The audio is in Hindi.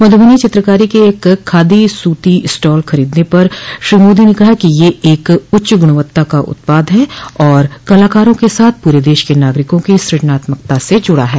मध़बनी चित्रकारी की एक खादी सूती स्टॉल खरीदने पर श्री मोदी ने कहा कि यह एक उच्च गुणवत्ता का उत्पाद है और कलाकारों के साथ पूरे देश के नागरिकों की सूजनात्मकता से जुडा है